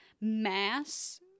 mass